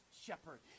shepherd